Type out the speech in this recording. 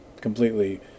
completely